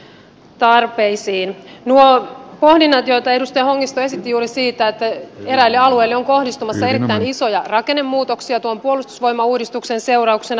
nuo pohdinnat joita edustaja hongisto esitti juuri siitä että eräille alueille on kohdistumassa erittäin isoja rakennemuutoksia tuon puolustusvoimauudistuksen seurauksena